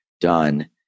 done